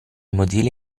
mozilla